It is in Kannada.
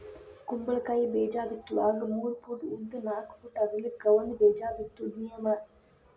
ಕುಂಬಳಕಾಯಿ ಬೇಜಾ ಬಿತ್ತುವಾಗ ಮೂರ ಪೂಟ್ ಉದ್ದ ನಾಕ್ ಪೂಟ್ ಅಗಲಕ್ಕ ಒಂದ ಬೇಜಾ ಬಿತ್ತುದ ನಿಯಮ